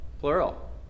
Plural